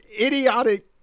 idiotic